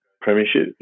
premiership